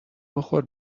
بخور